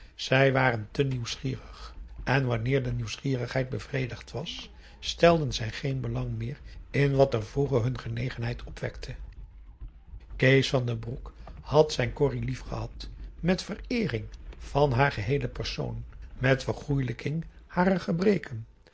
zij waren te nieuwsgierig en wanneer de nieuwsgierigheid bevredigd was stelden zij geen belang meer in wat vroeger hun genegenheid opwekte kees van den broek had zijn corrie lief gehad met vereering van haar geheele persoon met vergoelijking harer gebreken